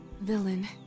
Villain